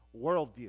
worldview